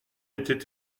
était